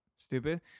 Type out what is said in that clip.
stupid